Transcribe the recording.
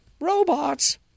Robots